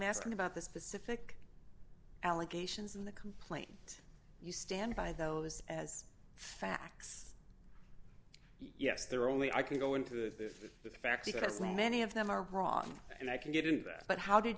asking about the specific allegations in the complaint you stand by those as facts yes there only i can go into the with the fact that as many of them are wrong and i can get into that but how did